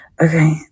Okay